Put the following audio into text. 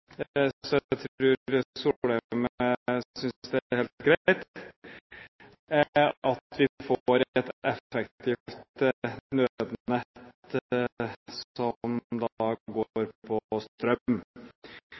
så jeg tror statsråd Solheim synes det er helt greit at vi får et effektivt nødnett som